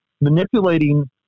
manipulating